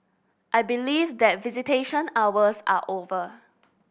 I believe that visitation hours are over